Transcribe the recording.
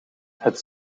het